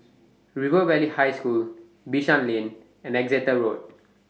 River Valley High School Bishan Lane and Exeter Road